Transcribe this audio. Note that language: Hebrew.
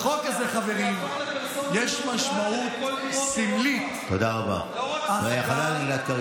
לחוקק חוק שיחייב כל דיפלומט שיוצא לייצג את המדינה להצהיר